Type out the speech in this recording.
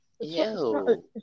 Yo